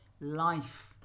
life